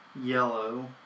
Yellow